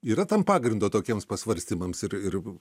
yra tam pagrindo tokiems pasvarstymams ir ir